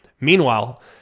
Meanwhile